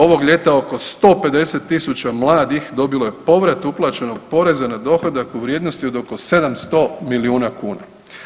Ovog ljeta oko 150 tisuća mladih dobilo je povrat uplaćenog poreza na dohodak u vrijednosti od oko 700 milijuna kuna.